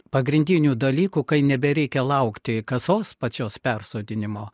pagrindinių dalykų kai nebereikia laukti kasos pačios persodinimo